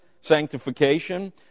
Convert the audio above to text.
sanctification